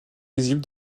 visible